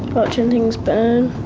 watching things burn.